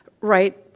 right